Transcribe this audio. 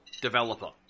Developer